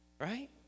right